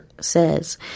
says